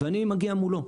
ואני מגיע מולו.